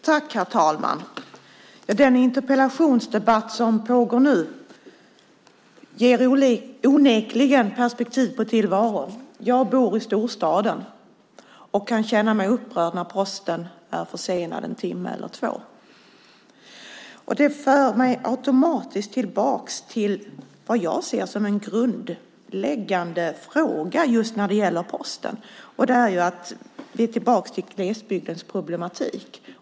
Herr talman! Den interpellationsdebatt som pågår nu ger onekligen perspektiv på tillvaron. Jag bor i storstaden och kan känna mig upprörd när posten är försenad en timme eller två. Det för mig automatiskt tillbaka till vad jag ser som en grundläggande fråga när det gäller Posten, och det är att vi är tillbaka till glesbygdens problematik.